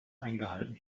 eingehalten